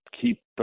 keep